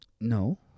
no